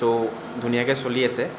ছ' ধুনীয়াকে চলি আছে